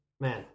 man